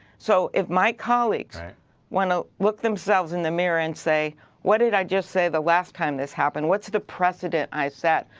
so if my colleagues want to look themselves in the mirror and say what did i just say the last time this happened? whats the precedent i set?